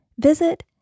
visit